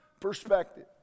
perspective